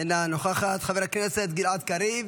אינה נוכחת, חבר הכנסת גלעד קריב,